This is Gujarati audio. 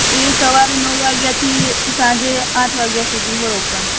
એ સવારે નવ વાગ્યાથી સાંજે આઠ વાગ્યા સુધી હોય ઓપન